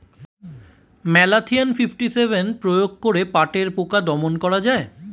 Malathion fifty seven প্রয়োগ করে পাটের পোকা দমন করা যায়?